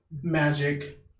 magic